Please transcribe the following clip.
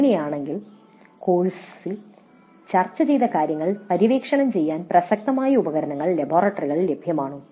അങ്ങനെയാണെങ്കിൽ "കോഴ്സിൽ ചർച്ചചെയ്ത കാര്യങ്ങൾ പര്യവേക്ഷണം ചെയ്യാൻ പ്രസക്തമായ ഉപകരണങ്ങൾ ലബോറട്ടറികളിൽ ലഭ്യമാണോ